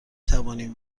توانیم